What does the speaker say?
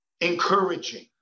encouraging